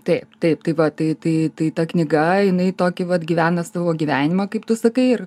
taip taip tai va tai tai tai ta knyga jinai tokį vat gyvena savo gyvenimą kaip tu sakai ir